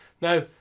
Now